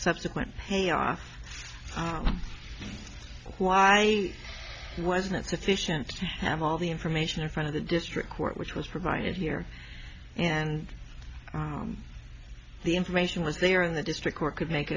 subsequent payoff why wasn't sufficient have all the information in front of the district court which was provided here and the information was there in the district court could make